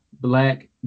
black